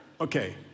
Okay